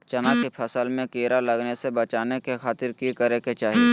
चना की फसल में कीड़ा लगने से बचाने के खातिर की करे के चाही?